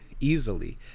easily